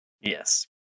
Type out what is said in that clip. Yes